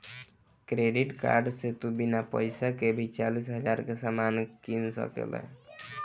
credit card से तू बिना पइसा के भी चालीस हज़ार के सामान किन सकेल